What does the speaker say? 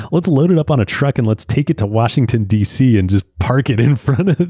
let's load it up on a truck and let's take it to washington, dc and just park it in front of the,